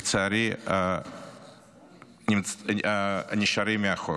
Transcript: לצערי, נשארים מאחור.